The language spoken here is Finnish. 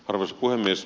arvoisa puhemies